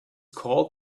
called